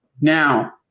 now